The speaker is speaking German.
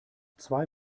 zwei